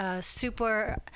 super